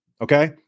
okay